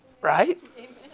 Right